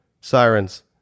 sirens